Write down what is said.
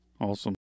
Awesome